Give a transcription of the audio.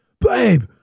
babe